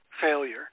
failure